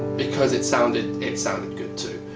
because it sounded it sounded good too.